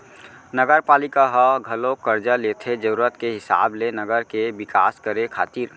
नगरपालिका ह घलोक करजा लेथे जरुरत के हिसाब ले नगर के बिकास करे खातिर